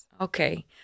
Okay